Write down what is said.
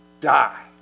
die